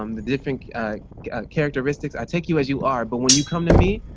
um the different characteristics, i take you as you are, but when you come to me,